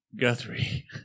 Guthrie